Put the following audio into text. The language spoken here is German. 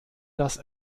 das